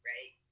Right